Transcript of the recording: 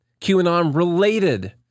QAnon-related